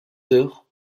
heures